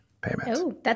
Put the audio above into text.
payment